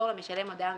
ועוד הערה מאוד